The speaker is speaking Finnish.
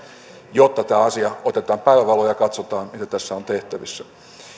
jotta tämä asia otetaan päivänvaloon ja katsotaan mitä tässä on tehtävissä